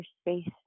space